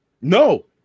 No